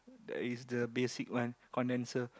that is the basic one condensor